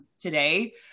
today